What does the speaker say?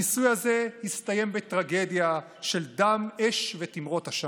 הניסוי הזה הסתיים בטרגדיה של דם, אש ותימרות עשן.